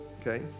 okay